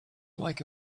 like